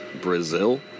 Brazil